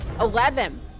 Eleven